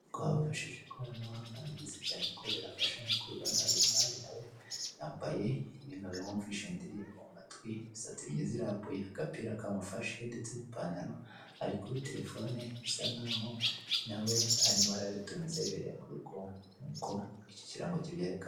Guhaha wiifshishije ikoranabuhanga ni byiza cyane kuko birafasha, nk'uko ubona iuyu mwari nawe yambaye ibintu bimwumvisha indirimbo mu matwi imisatsi smyiza irambuye, agapira kamufashe ndetse n'ipantaro, ari kuri telefone bisa nkaho nawe arimo arabitumiza yibereye mu rugo nk'uko iki kirango kibyekana.